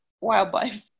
wildlife